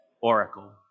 oracle